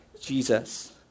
Jesus